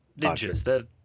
ninjas